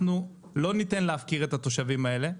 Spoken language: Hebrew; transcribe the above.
לא ניתן להפקיר את התושבים האלה,